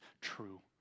true